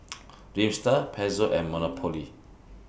Dreamster Pezzo and Monopoly